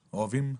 loan,